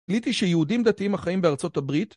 גליתי שיהודים דתיים החיים בארצות הברית